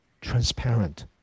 transparent